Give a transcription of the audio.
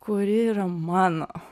kuri yra mano